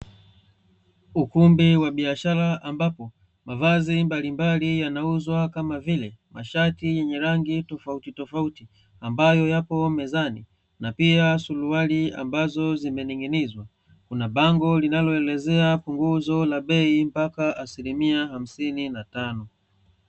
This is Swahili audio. Ukumbi wa biashara, ambapo mavazi mbalimbali yanauzwa kama vile mashati yenye rangi tofautitofauti, ambayo yapo mezani na pia suruali ambazo zimening'inizwa. Kuna bango linaloelezea punguzo la bei mpaka asilimia hamsini na tano.